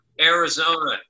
Arizona